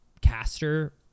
caster